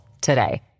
today